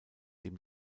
dem